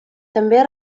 també